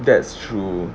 that's true